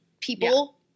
people